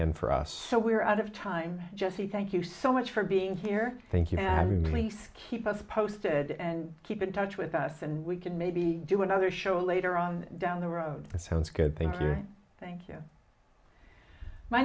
and for us so we're out of time jesse thank you so much for being here thank you have released keep us posted and keep in touch with us and we can maybe do another show later on down the road it sounds good thank you thank you my